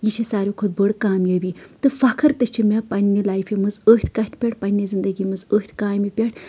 یہِ چھِ ساروی کھۄتہٕ بٔڑ کامیٲبی تہٕ فخر تہِ چھُ مےٚ پَنٕنہِ لایفہِ منٛز أتھۍ کَتھہِ پٮ۪ٹھ پَنٕنہِ زنٛدگی منٛز أتھۍ کامہِ پٮ۪ٹھ